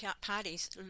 parties